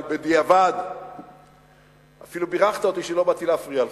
אבל בדיעבד אפילו בירכת אותי שלא באתי להפריע לך.